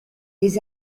des